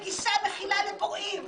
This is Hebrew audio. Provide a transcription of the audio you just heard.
גישה מכילה לפורעים.